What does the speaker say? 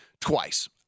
twice